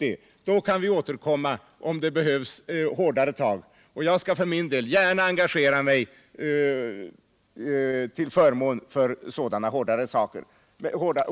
Därefter kan vi återkomma, om det behövs hårdare tag. Jag skall för min del gärna engagera mig till förmån för sådana hårdare metoder.